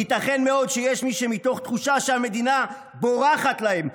ייתכן מאוד שיש מי שמתוך תחושה שהמדינה בורחת להם,